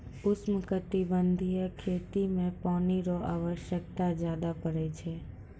उष्णकटिबंधीय खेती मे पानी रो आवश्यकता ज्यादा पड़ै छै